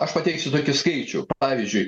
aš pateiksiu tokį skaičių pavyzdžiui